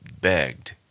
begged